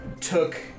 took